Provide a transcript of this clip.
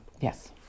Yes